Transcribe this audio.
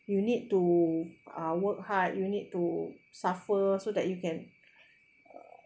you need to uh work hard you need to suffer so that you can